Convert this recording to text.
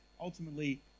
ultimately